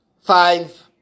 five